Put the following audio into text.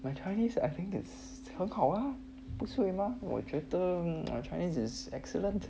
my chinese I think is 很好 ah 不是会 mah 我觉得我 chinese is excellent